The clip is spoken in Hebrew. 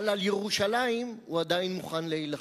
אבל על ירושלים הוא עדיין מוכן להילחם,